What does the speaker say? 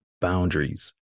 boundaries